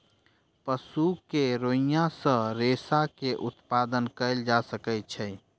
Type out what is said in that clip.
पशु के रोईँयाँ सॅ रेशा के उत्पादन कयल जा सकै छै